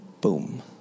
Boom